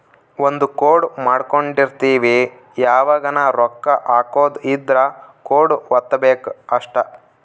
ಒಂದ ಕೋಡ್ ಮಾಡ್ಕೊಂಡಿರ್ತಿವಿ ಯಾವಗನ ರೊಕ್ಕ ಹಕೊದ್ ಇದ್ರ ಕೋಡ್ ವತ್ತಬೆಕ್ ಅಷ್ಟ